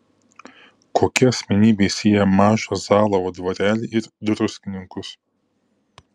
kokia asmenybė sieja mažą zalavo dvarelį ir druskininkus